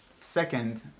second